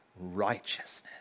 righteousness